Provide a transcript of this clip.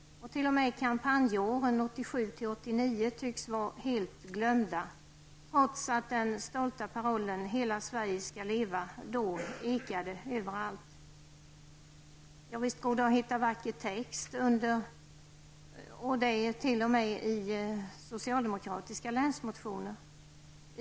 T.o.m. kampanjåren 1987-- 1989 tycks vara helt glömda, trots att den stolta parollen ''Hela Sverige skall leva'' då ekade överallt. Visst går det att hitta vacker text och det t.o.m. i socialdemokratiska länsmotioner.